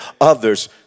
others